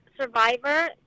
Survivor